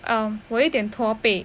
um 我一点驼背